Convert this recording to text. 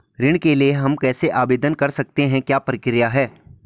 ऋण के लिए हम कैसे आवेदन कर सकते हैं क्या प्रक्रिया है?